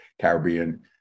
Caribbean